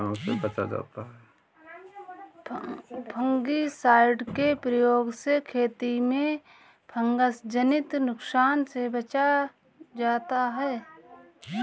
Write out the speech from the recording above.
fungicide के प्रयोग से खेती में फँगसजनित नुकसान से बचा जाता है